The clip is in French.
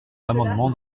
l’amendement